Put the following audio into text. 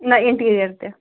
نہ اِنٹیٖریَر تہِ